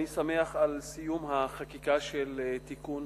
אני שמח על סיום החקיקה של תיקון